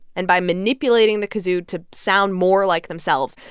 and by manipulating the kazoo to sound more like themselves,